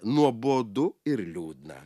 nuobodu ir liūdna